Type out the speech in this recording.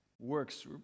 works